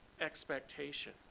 expectation